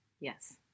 Yes